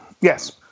Yes